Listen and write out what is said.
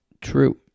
True